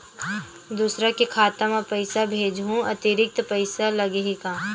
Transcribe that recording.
दूसरा के खाता म पईसा भेजहूँ अतिरिक्त पईसा लगही का?